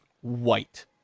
white